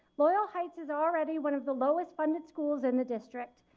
loyal heights is already one of the lowest funded schools in the district.